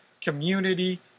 community